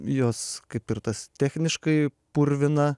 jos kaip ir tas techniškai purvina